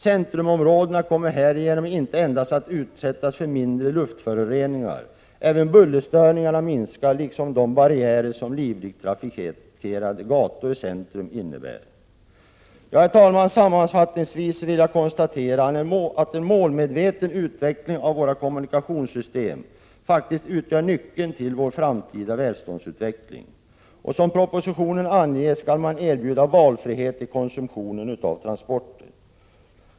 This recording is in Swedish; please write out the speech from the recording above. Centrumområdena kommer härigenom inte endast att utsättas för mindre luftföroreningar, utan dessutom kommer även bullerstörningarna att minska liksom de barriärer som livligt trafikerade gator i centrum innebär. Herr talman! Sammanfattningsvis vill jag konstatera att en målmedveten utveckling av våra kommunikationssystem faktiskt utgör nyckeln till vår framtida välståndsutveckling. Som propositionen anger skall man erbjuda valfrihet i konsumtionen av transporter.